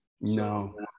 No